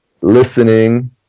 listening